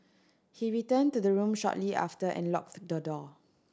he returned to the room shortly after and locked the door